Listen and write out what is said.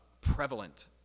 prevalent